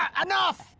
enough!